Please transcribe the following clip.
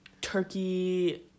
turkey